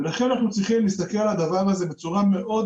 ולכן אנחנו צריכים להסתכל על הדבר הזה בצורה מאוד